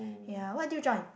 ya what do you join